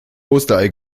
osterei